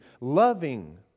Loving